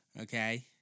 Okay